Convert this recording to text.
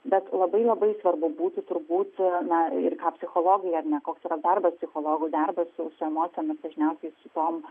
bet labai labai svarbu matyti turbūt na ir ką psichologai ar ne koks yra darbas psichologų darbas su emocijomis dažniausiai su tom